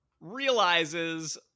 realizes